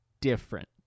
different